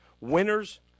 Winners